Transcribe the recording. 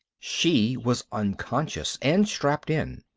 she was unconscious, and strapped in!